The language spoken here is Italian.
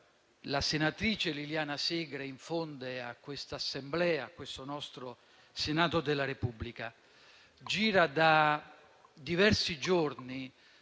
la senatrice Liliana Segre infonde a questa Assemblea, a questo nostro Senato della Repubblica. Gira da diversi giorni